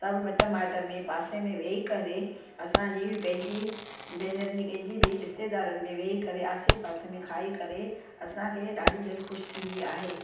सब मिट माइट में पासे में वेई करे असांजी पंहिंजी भेनर जी कंहिंजे बि रिश्तेदारनि में वेही करे आसे पासे में खाई करे असांखे ॾाढी दिलि ख़ुशि थींदी आहे